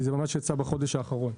כי זה ממש יצא בחודש האחרון.